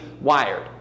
wired